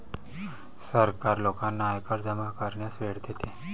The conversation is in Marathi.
सरकार लोकांना आयकर जमा करण्यास वेळ देते